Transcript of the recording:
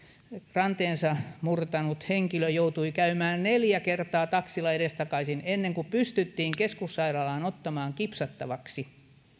ranteensa murtanut henkilö joutui käymään turun yliopistollisessa keskussairaalassa neljä kertaa taksilla edestakaisin ennen kuin pystyttiin keskussairaalaan ottamaan kipsattavaksi